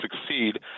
succeed